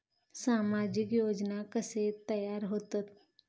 सामाजिक योजना कसे तयार होतत?